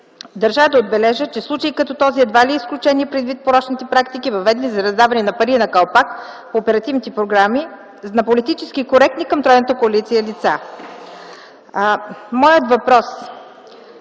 Държа да отбележа, че случай като този едва ли е изключение, предвид порочните практики, въведени за раздаване на пари на калпак по оперативните програми на политически коректни към тройната коалиция лица.